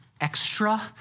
extra